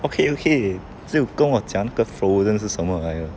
okay okay 就跟我讲的那个 frozen 是什么来的